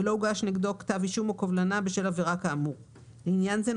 ולא הוגש נגדו כתב אישום או קובלנה בשל עבירה כאמור; לעניין זה,